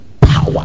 power